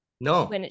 no